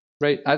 right